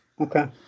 Okay